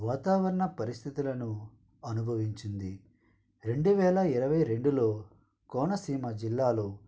వాతావరణ పరిస్థితులను అనుభవించింది రెండు వేలా ఇరవై రెండులో కోనసీమ జిల్లాలో